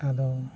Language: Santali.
ᱟᱫᱚ